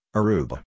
Aruba